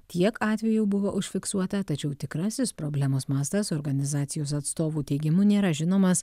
tiek atvejų buvo užfiksuota tačiau tikrasis problemos mastas organizacijos atstovų teigimu nėra žinomas